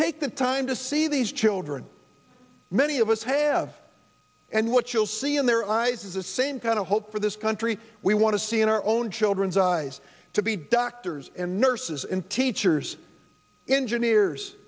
take the time to see these children many of us have and what you'll see in their eyes is the same kind of hope for this country we want to see in our own children's eyes to be doctors and nurses and teachers engine ears